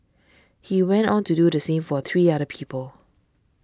he went on to do the same for three other people